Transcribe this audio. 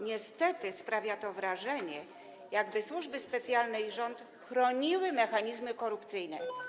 Niestety sprawia to wrażenie, jakby służby specjalne i rząd chroniły mechanizmy korupcyjne.